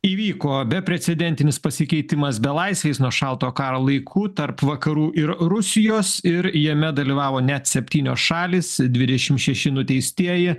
įvyko beprecedentis pasikeitimas belaisviais nuo šaltojo karo laikų tarp vakarų ir rusijos ir jame dalyvavo net septynios šalys dvidešim šeši nuteistieji